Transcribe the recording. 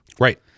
Right